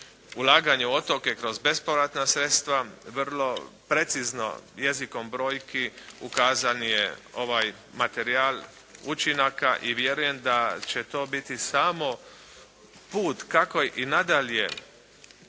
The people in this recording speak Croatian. Ulaganje u otoke kroz bespovratna sredstva vrlo precizno jezikom brojki ukazan je ovaj materijal učinaka. I vjerujem da će to biti samo put kako i nadalje